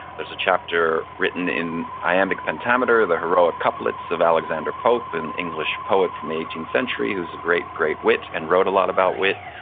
there's a chapter written in iambic pentameter, the heroic couplets of alexander pope, an english poet from the eighteenth century who's a great, great wit and wrote a lot about wit.